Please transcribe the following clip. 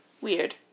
Weird